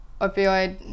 opioid